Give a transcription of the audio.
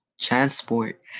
transport